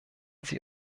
sie